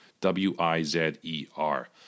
W-I-Z-E-R